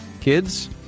Kids